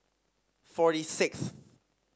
forty sixth